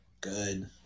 good